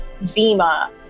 Zima